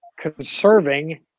conserving